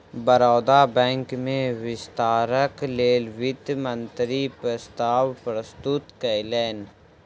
Baroda bank में विस्तारक लेल वित्त मंत्री प्रस्ताव प्रस्तुत कयलैन